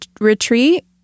Retreat